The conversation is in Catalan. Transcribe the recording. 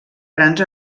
grans